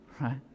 Right